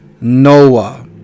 Noah